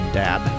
dad